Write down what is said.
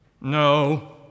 No